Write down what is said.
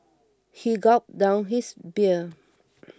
he gulped down his beer